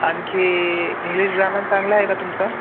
आणखी English grammar चांगलं आहे का तुमचं